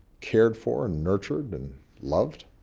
cared for and nurtured and loved